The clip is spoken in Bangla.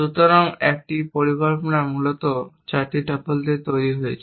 সুতরাং একটি পরিকল্পনা মূলত এই 4টি টপল দিয়ে তৈরি করা হয়েছে